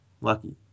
Lucky